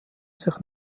sich